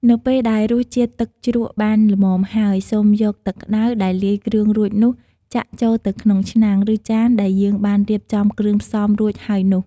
នៅពេលដែលរសជាតិទឹកជ្រក់បានល្មមហើយ សូមយកទឹកក្តៅដែលលាយគ្រឿងរួចនេះ ចាក់ចូលទៅក្នុងឆ្នាំង ឬចានដែលយើងបានរៀបចំគ្រឿងផ្សំរួចហើយនោះ។